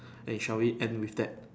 eh shall we end with that